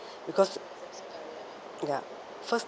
because ya first